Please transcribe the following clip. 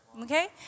okay